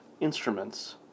instruments